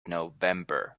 november